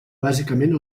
bàsicament